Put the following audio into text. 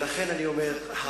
ולכן אני אומר,